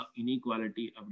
inequality